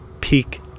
peak